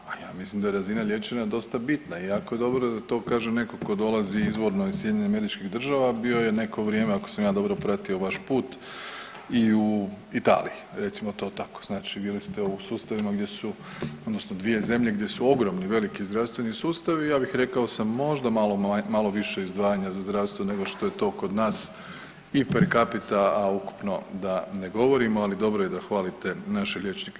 Pa ja mislim da je razina liječenja dosta bitna i jako je dobro da to kaže neko ko dolazi izvorno iz SAD-a, bio je neko vrijeme ako sam ja dobro pratio vaš put i u Italiji recimo to tako, znači bili ste u sustavima gdje su odnosno dvije zemlje gdje su ogromni veliki zdravstveni sustavi i ja bih rekao sa možda malo više izdvajanja za zdravstvo nego što je to kod nas i per capita, a ukupno da ne govorimo, ali dobro je da hvalite naše liječnike.